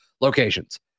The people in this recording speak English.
locations